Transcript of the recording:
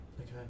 Okay